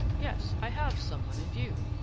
yes, i have some one in view,